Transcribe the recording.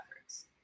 efforts